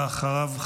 ואחריו,